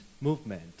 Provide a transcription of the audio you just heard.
movement